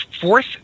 Fourth